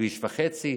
כביש וחצי,